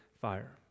fire